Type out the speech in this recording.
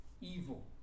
evil